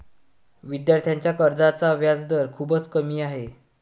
विद्यार्थ्यांच्या कर्जाचा व्याजदर खूपच कमी आहे